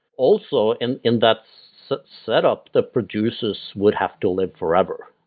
also, and in that so setup, the producers would have to live forever.